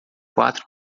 quatro